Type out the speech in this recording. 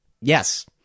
Yes